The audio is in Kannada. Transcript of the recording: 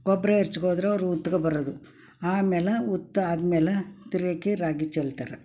ಗೊಬ್ಬರ ಎರ್ಚ್ಕೊ ಹೋದ್ರೆ ಅವ್ರ ಉತ್ಕ ಬರೋದು ಆಮೇಲೆ ಉತ್ತಿ ಆದ್ಮೇಲೆ ತಿರುಗಾಕಿ ರಾಗಿ ಚೆಲ್ತಾರೆ